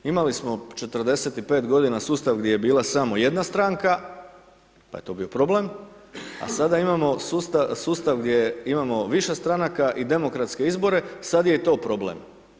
Imali smo 45 godina sustav gdje je bila samo jedna stranka pa je to bio problem a sada imamo sustav gdje imamo više stranka i demokratske izbore, sada je i to problem.